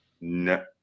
no